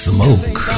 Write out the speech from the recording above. Smoke